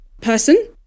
person